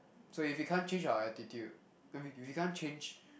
so if we can't change our attitude then we we can't change